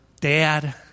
dad